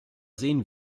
sehen